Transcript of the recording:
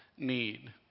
need